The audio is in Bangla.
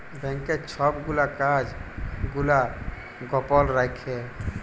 ব্যাংকের ছব গুলা কাজ গুলা গপল রাখ্যে